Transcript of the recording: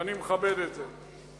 ואני מכבד את זה.